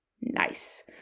Nice